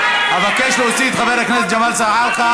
אבקש להוציא את חבר הכנסת ג'מאל זחאלקה